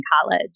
college